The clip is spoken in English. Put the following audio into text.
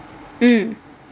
mm